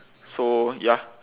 so ya